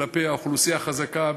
כלפי האוכלוסייה החזקה.